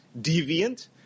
deviant